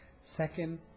Second